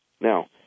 Now